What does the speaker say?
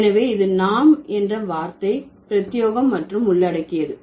எனவே நாம் என்ற வார்த்தை பிரத்தியேகம் மற்றும் உள்ளடக்கியது